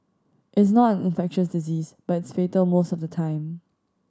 it's not an infectious disease but it's fatal most of the time